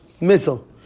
Missile